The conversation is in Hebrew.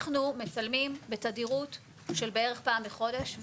אנחנו מצלמים בתדירות של בערך פעם בחודש.